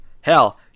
hell